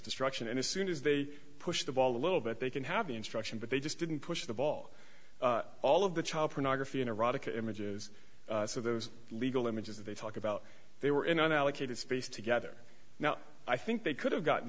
destruction and as soon as they push the ball a little bit they can have the instruction but they just didn't push the ball all of the child pornography erotic images so those legal images they talk about they were in an allocated space together now i think they could have gotten